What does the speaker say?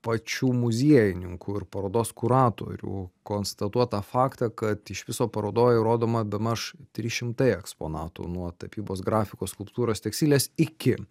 pačių muziejininkų ir parodos kuratorių konstatuotą faktą kad iš viso parodoj rodoma bemaž trys šimtai eksponatų nuo tapybos grafikos skulptūros tekstilės iki